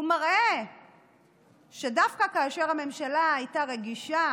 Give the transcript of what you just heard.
הוא מראה שדווקא כאשר הממשלה הייתה רגישה